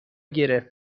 گرفت